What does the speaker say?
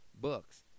books